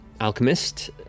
alchemist